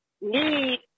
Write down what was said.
need